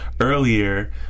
earlier